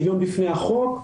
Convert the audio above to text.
האם שוויון בפני החוק,